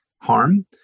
harm